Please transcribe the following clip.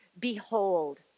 Behold